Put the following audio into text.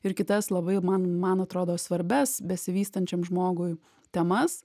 ir kitas labai man man atrodo svarbias besivystančiam žmogui temas